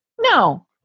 No